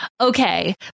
Okay